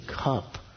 cup